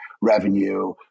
revenue